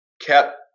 kept